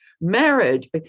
marriage